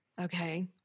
Okay